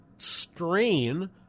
strain